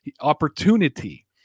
opportunity